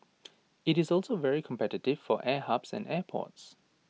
IT is also very competitive for air hubs and airports